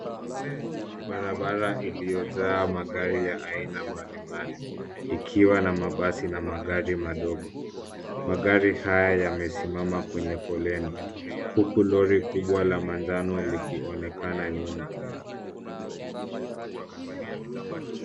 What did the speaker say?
Barabara iliyojaa magari ya aina mbalimbali, ikiwa na mabasi na magari madogo. Magari haya yamesimama kwenye foleni, huku lori kubwa la manjano likionekana nyuma.